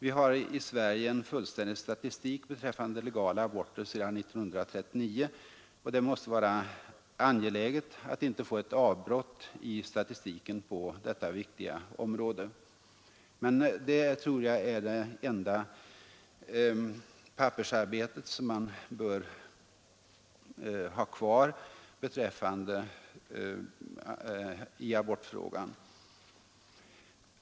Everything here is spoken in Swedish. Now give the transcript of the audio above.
Vi har i Sverige en fullständig statistik beträffande legala aborter sedan 1939, och det måste vara angeläget att inte få ett avbrott i statistiken på detta viktiga område. Detta tror jag är det enda extra pappersarbete som man bör ha kvar när det gäller abortfrågan.